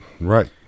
right